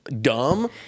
dumb